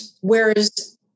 whereas